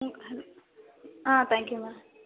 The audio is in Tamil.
ம் சரி ஆ தேங்க்யூ மேம்